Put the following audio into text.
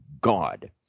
God